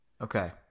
okay